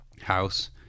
house